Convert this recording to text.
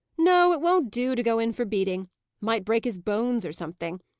no, it won't do to go in for beating might break his bones, or something.